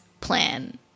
plan